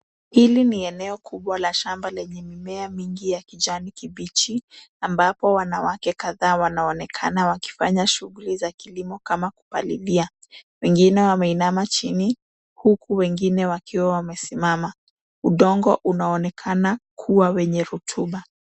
Hili ni eneo kubwa la shamba lenye mimea mingi ya kijani kibichi, ambapo wanawake kathaa wanaonekana wakifanya shughuli za kilimo kama kupalilia, wengine wameinama chini huku wengine wakiuwa wamesimama, udongo unaonekana kuwa wenye rotuba.